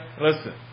listen